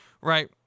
Right